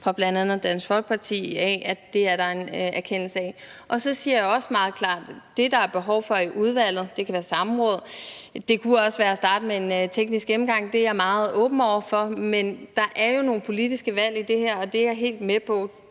fra bl.a. Dansk Folkeparti at der er en erkendelse af. Så siger jeg også meget klart, at det, der er behov for i udvalget, kan være et samråd, men det kunne også være at starte med en teknisk gennemgang; det er jeg meget åben over for. Men der er jo nogle politiske valg i det her, det er jeg helt med på,